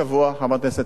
חברת הכנסת רגב,